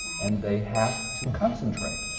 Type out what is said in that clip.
and they have to concentrate.